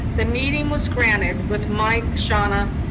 the meeting was granted, with mike, shauna,